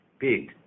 Big